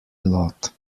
lot